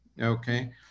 okay